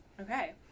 Okay